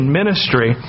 ministry